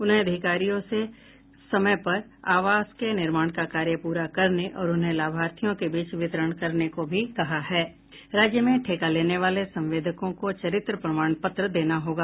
उन्होंने अधिकारियों से समय पर आवासों के निर्माण का कार्य प्ररा करने और उन्हें लाभार्थियों के बीच वितरण करने को भी कहा है राज्य में ठेका लेने वाले संवेदकों को चरित्र प्रमाण पत्र देना होगा